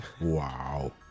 wow